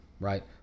right